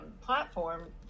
platform